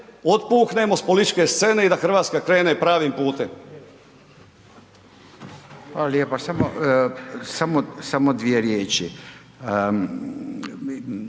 otpuhnemo s političke scene i da Hrvatska krene pravim putem.